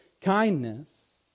kindness